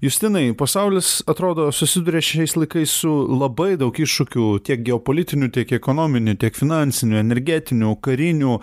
justinai pasaulis atrodo susiduria šiais laikais su labai daug iššūkių tiek geopolitinių tiek ekonominių tiek finansinių energetinių karinių